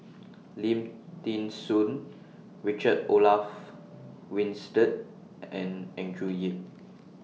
Lim Thean Soo Richard Olaf Winstedt and Andrew Yip